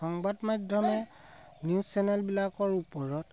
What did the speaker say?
সংবাদ মাধ্যমে নিউজ চেনেলবিলাকৰ ওপৰত